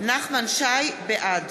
בעד